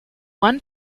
one